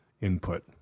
input